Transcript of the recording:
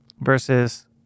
versus